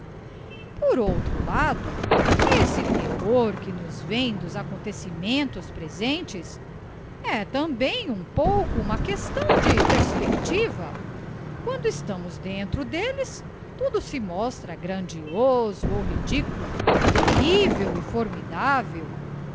por outro lado esse terror que nos vem dos acontecimentos presentes é também um pouco uma questão de perspectiva quando estamos dentro delles tudo se mostra grandioso ou ridículo terrível e formidável